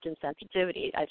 sensitivity